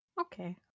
okay